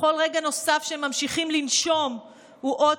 וכל רגע נוסף שהם ממשיכים לנשום הוא אות